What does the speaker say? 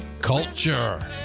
culture